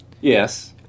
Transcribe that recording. yes